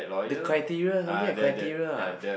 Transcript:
the criteria something like criteria ah